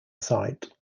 site